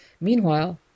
Meanwhile